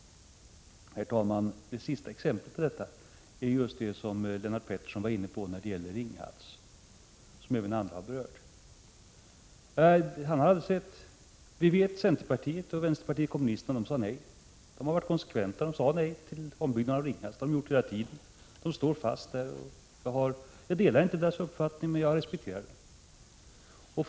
Herr talman! Det senaste exemplet är det som Lennart Pettersson var inne på. Det gäller Ringhals. Centerpartiet och vänsterpartiet kommunisterna sade nej till ombyggnad. De är konsekventa — de har sagt nej hela tiden och står fast vid det. Jag delar inte deras uppfattning, men jag respekterar den.